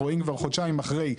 רואים כבר חודשיים אחרי,